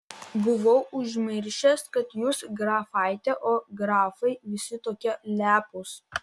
buvau užmiršęs kad jūs grafaitė o grafai visi tokie lepūs